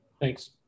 Thanks